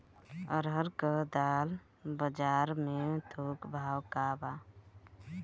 अरहर क दाल बजार में थोक भाव का बा?